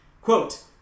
Quote